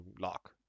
lock